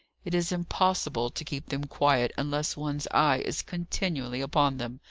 it is impossible to keep them quiet unless one's eye is continually upon them!